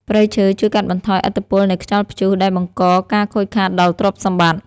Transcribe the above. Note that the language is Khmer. ព្រៃឈើជួយកាត់បន្ថយឥទ្ធិពលនៃខ្យល់ព្យុះដែលបង្កការខូចខាតដល់ទ្រព្យសម្បត្តិ។